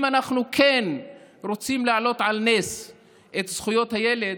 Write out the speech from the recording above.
אם אנחנו כן רוצים להעלות על נס את זכויות הילד,